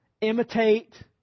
imitate